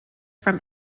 from